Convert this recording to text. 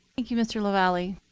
thank you mr. lavalley.